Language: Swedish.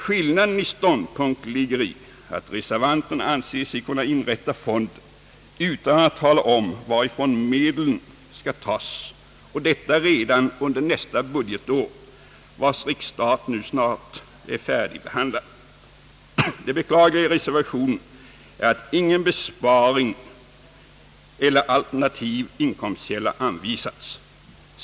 Skillnaden i ståndpunkt ligger i att reservanterna anser sig kunna inrätta fonden utan att tala om varifrån medlen skall tas, och detta redan under nästa budgetår, vars riksstat nu snart är färdigbehandlad. Det beklagliga i reservationen är att ingen besparing eller alternativ inkomstkälla anvisats.